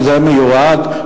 שזה מיועד.